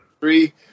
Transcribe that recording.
Three